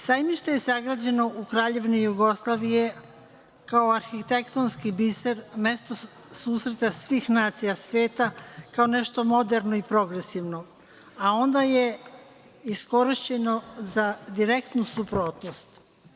Sajmište je sagrađeno u Kraljevini Jugoslaviji kao arhitektonski biser, mesto susreta svih nacija sveta, kao nešto moderno i progresivno, a onda je iskorišćeno za direktnu suprotnost.